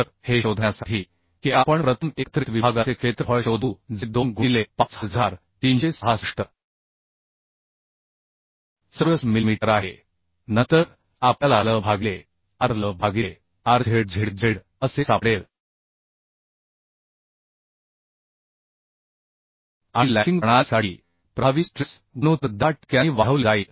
तर हे शोधण्यासाठी की आपण प्रथम एकत्रित विभागाचे क्षेत्रफळ शोधू जे 2 गुणिले 5366 चौरस मिलिमीटर आहे नंतर आपल्याला L भागिले R L भागिले R Z Z Z असे सापडेल आणि लॅशिंग प्रणालीसाठी प्रभावी स्ट्रेस गुणोत्तर 10 टक्क्यांनी वाढवले जाईल